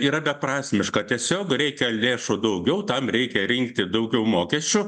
yra beprasmiška tiesiog reikia lėšų daugiau tam reikia rinkti daugiau mokesčių